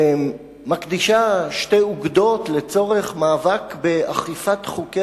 שמקדישה שתי אוגדות לצורך מאבק באכיפת חוקי